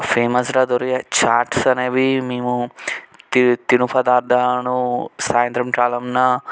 ఫేమస్గా దొరికే చాట్స్ అనేవి మేము తి తిను పదార్థాలను సాయంత్రం కాలమున